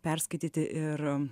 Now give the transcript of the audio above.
perskaityti ir